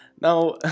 Now